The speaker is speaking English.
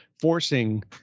forcing